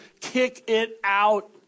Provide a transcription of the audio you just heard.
kick-it-out